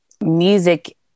music